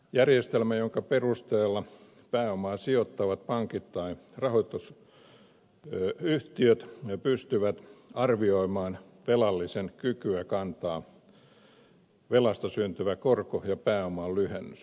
järjestelmä jonka perusteella pääomaa sijoittavat pankit tai rahoitusyhtiöt pystyvät arvioimaan velallisen kykyä kantaa velasta syntyvä korko ja pääoman lyhennys